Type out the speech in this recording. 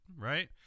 right